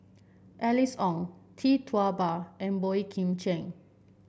Alice Ong Tee Tua Ba and Boey Kim Cheng